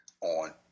on